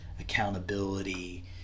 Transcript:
Accountability